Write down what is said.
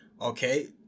okay